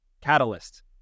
catalyst